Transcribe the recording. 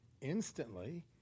instantly